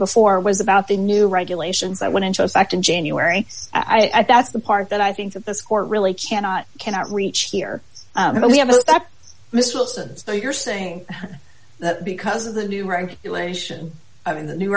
before was about the new regulations that went into effect in january i thought that's the part that i think that this court really cannot cannot reach here but we have a miss wilson so you're saying that because of the new regulation i mean the new